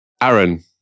Aaron